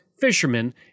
fishermen